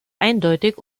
eindeutig